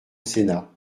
sénat